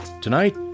Tonight